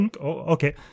okay